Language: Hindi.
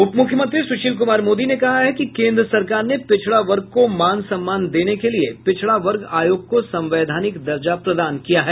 उपमुख्यमंत्री सुशील कुमार मोदी ने कहा है कि केन्द्र सरकार ने पिछड़ा वर्ग को मान सम्मान देने के लिए पिछड़ा वर्ग आयोग को संवैधानिक दर्जा प्रदान किया है